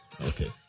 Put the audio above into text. Okay